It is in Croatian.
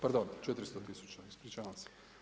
Pardon, 400 tisuća ispričavam se.